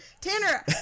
tanner